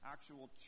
actual